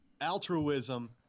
altruism